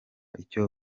icyo